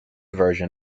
version